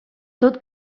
tot